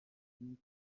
nanjye